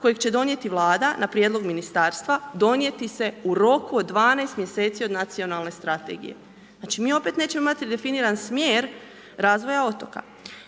kojeg će donijeti Vlada na prijedlog Ministarstva donijeti se u roku od 12. mjeseci od nacionalne strategije. Znači, mi opet nećemo imati definiran smjer razvoja otoka.